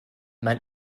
man